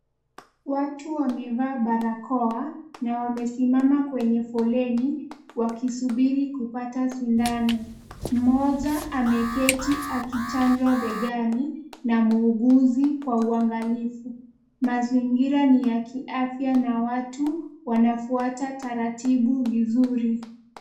Watu wamevaa barakoa na wamesimama kwenye foleni wakisubiri kupata sindano. Mmoja ameketi akichanjwa begani na muuguzi kwa uangalifu. Mazingira ni ya kiafya na watu wanafuata taratibu vizuri.